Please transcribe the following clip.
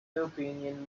opinion